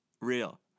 Real